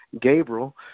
Gabriel